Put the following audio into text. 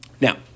Now